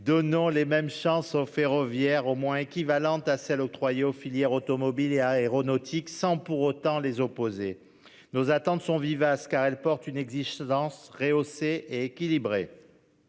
donnant les mêmes chances au ferroviaire au moins équivalente à celle octroyée aux filières automobile et aéronautique sans pour autant les opposer nos attentes sont vivaces car elle porte une existence rehaussé équilibrée.